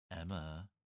Emma